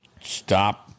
stop